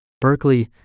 Berkeley